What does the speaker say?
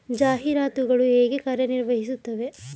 ಜಾಹೀರಾತುಗಳು ಹೇಗೆ ಕಾರ್ಯ ನಿರ್ವಹಿಸುತ್ತವೆ?